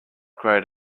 grayed